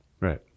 Right